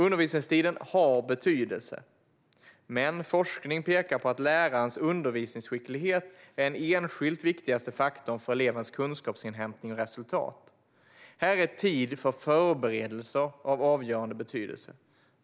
Undervisningstiden har betydelse, men forskning pekar på att lärarens undervisningsskicklighet är den enskilt viktigaste faktorn för elevernas kunskapsinhämtning och resultat. Här är tid för förberedelser av avgörande betydelse.